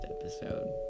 episode